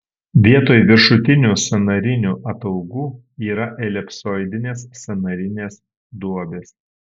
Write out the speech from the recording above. vietoj viršutinių sąnarinių ataugų yra elipsoidinės sąnarinės duobės